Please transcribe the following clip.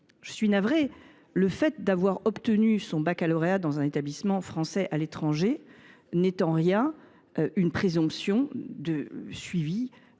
de ses études. Or le fait d’avoir obtenu son baccalauréat dans un établissement français à l’étranger ne constitue en rien une présomption de suivi